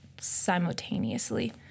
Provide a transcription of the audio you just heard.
simultaneously